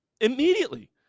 Immediately